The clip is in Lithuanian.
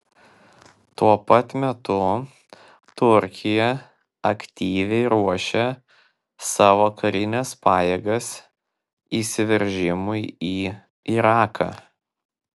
tuo pat metu turkija aktyviai ruošia savo karines pajėgas įsiveržimui į iraką